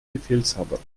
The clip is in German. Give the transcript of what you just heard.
befehlshaber